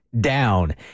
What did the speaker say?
down